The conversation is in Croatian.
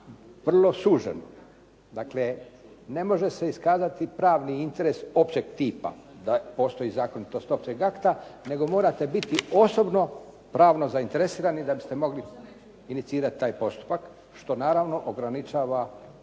vrlo suženo. Dakle, ne može se iskazati pravni interes općeg tipa da postoji zakonitost općeg akta, nego morate biti osobno pravno zainteresirani da biste mogli inicirati taj postupak, što naravno ograničava